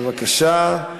בבקשה.